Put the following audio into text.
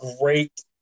great